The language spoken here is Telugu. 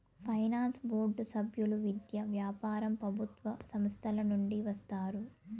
ఫైనాన్స్ బోర్డు సభ్యులు విద్య, వ్యాపారం ప్రభుత్వ సంస్థల నుండి వస్తారు